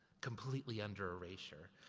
completely under erasure.